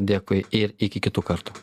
dėkui ir iki kitų kartų